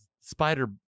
Spider